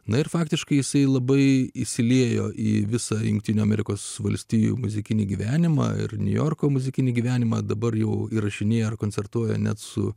na ir faktiškai jisai labai įsiliejo į visą jungtinių amerikos valstijų muzikinį gyvenimą ir niujorko muzikinį gyvenimą dabar jau įrašinėja koncertuoja net su